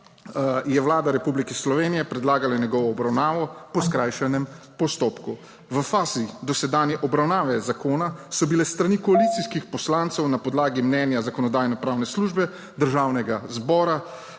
je Vlada Republike Slovenije predlagala njegovo obravnavo po skrajšanem postopku. V fazi dosedanje obravnave zakona so bile s strani koalicijskih poslancev na podlagi mnenja Zakonodajno-pravne službe Državnega zbora